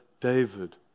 David